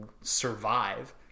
survive